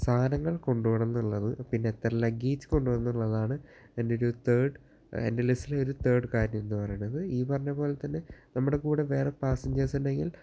സാധനങ്ങള് കൊണ്ടു പോവണമെന്നുള്ളത് പിന്നെ എത്ര ലഗ്ഗേജ് കൊണ്ടു പോവണം എന്നുള്ളതാണ് എന്റെ ഒരു തേര്ഡ് എന്റെ ലിസ്റ്റിലെ ഒരു തേര്ഡ് കാര്യം എന്ന് പറയുന്നത് ഈ പറഞ്ഞത് പോലെത്തന്നെ നമ്മുടെ കൂടെ വേറെ പാസ്സെന്ജേഴ്സ് ഉണ്ടെങ്കില്